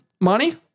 money